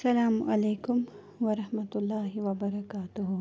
السَلامُ علیکُم وَرحمَتُہ اللہِ وَبَرکاتُہ